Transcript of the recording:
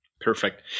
Perfect